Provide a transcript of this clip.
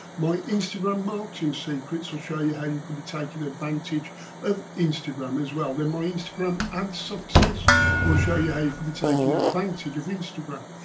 my instagram marketing secrets will show you how you could be taking advantage of instagram as well then my instagram ads success will show you how you could be taking advantage of instagram.